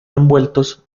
envueltos